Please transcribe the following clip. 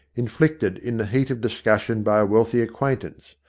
inflicted in the heat of dis cussion by a wealthy acquaintance.